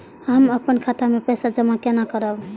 हम अपन खाता मे पैसा जमा केना करब?